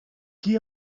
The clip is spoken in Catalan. qui